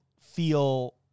feel